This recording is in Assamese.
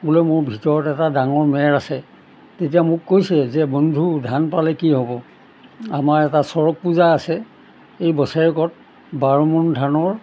বোলে মোৰ ভিতৰত এটা ডাঙৰ মেৰ আছে তেতিয়া মোক কৈছে যে বন্ধু ধান পালে কি হ'ব আমাৰ এটা চৰক পূজা আছে এই বছৰেকত বাৰমোন ধানৰ